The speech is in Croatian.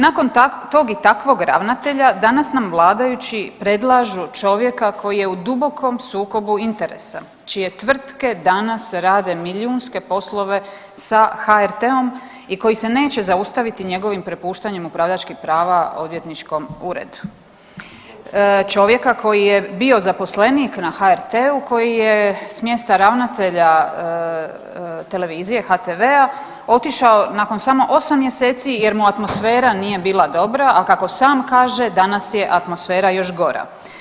Nakon tog i takvog ravnatelja danas nam vladajući predlažu čovjeka koji je u dubokom sukobu interesa, čije tvrtke danas rade milijunske poslove sa HRT-om i koji se neće zaustaviti njegovim prepuštanjem upravljačkih prava odvjetničkom uredu, čovjeka koji je bio zaposlenik na HRT-u, koji je s mjesta ravnatelja televizije HTV-a otišao nakon samo 8 mjeseci jer mu atmosfera nije bila dobra, a kako sam kaže danas je atmosfera još gora.